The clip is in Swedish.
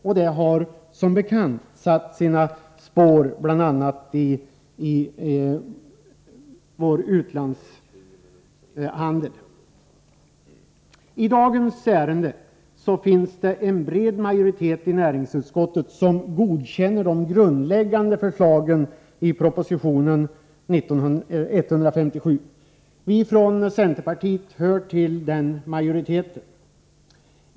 Detta har som bekant satt sina spår bl.a. i vår utlandshandel. I dagens ärende finns det en bred majoritet i näringsutskottet som godkänner de grundläggande förslagen i proposition 157. Vi från centerpartiet hör till denna majoritet.